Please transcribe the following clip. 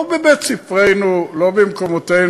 לא בבית-ספרנו, לא במקומותינו.